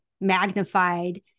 magnified